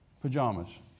pajamas